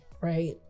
Right